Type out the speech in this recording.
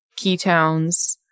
ketones